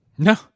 No